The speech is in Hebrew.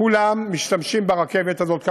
כולם משתמשים ברכבת הזאת.